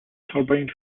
turbines